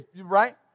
right